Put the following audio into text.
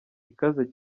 ikaze